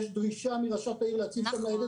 יש דרישה מראשת העיר להציב שם ניידת,